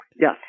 Yes